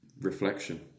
reflection